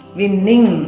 winning